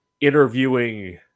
interviewing